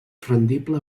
rendible